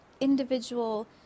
individual